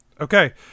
Okay